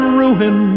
ruin